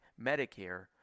Medicare